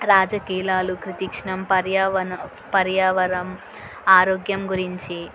రాజకీలాలు కృతీక్షణం పర్యావరణ పర్యావరం ఆరోగ్యం గురించి